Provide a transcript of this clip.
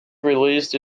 released